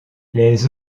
les